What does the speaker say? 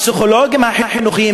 הפסיכולוגים החינוכיים,